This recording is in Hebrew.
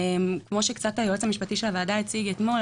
כמו שהיועץ המשפטי של הוועדה הציג אתמול,